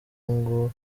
ngo